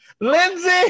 Lindsey